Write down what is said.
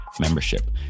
membership